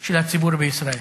של הציבור בישראל.